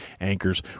anchors